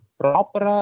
proper